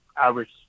Average